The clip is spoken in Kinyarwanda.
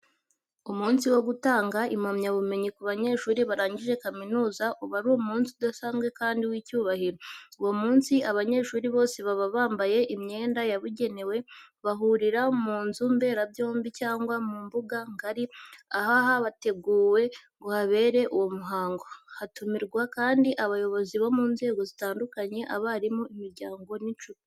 Umunsi wo gutanga impamyabumenyi ku banyeshuri barangije kaminuza uba ari umunsi udasanzwe kandi w'icyubahiro. Uwo munsi, abanyeshuri bose baba bambaye imyenda yabugenewe, bahurira mu nzu mberabyombi cyangwa mu mbuga ngari ahaba hateguwe ngo habere uwo muhango, hatumirwa kandi abayobozi bo mu nzego zitandukanye, abarimu, imiryango n'inshuti.